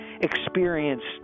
experienced